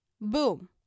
boom